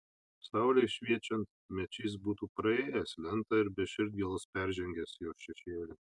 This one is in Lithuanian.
saulei šviečiant mečys būtų praėjęs lentą ir be širdgėlos peržengęs jos šešėlį